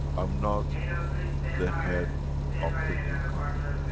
i'm not the head of the new company.